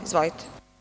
Izvolite.